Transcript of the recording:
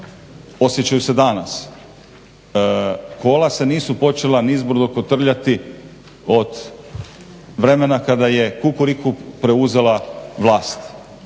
osjećaju se danas. Kola se nisu počela nizbrdo kotrljati od vremena kada je Kukuriku preuzela vlast.